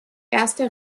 erste